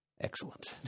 Excellent